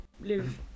live